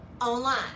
online